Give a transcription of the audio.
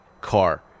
car